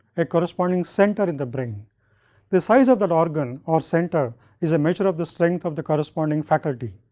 a corresponding center in the brain the size of that organ or center is a measure of the strength of the corresponding faculty.